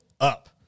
up